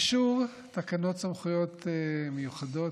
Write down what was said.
אישור תקנות סמכויות מיוחדות,